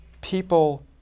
people